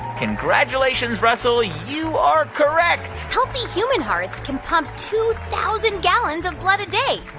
congratulations, russell. you are correct healthy human hearts can pump two thousand gallons of blood a day.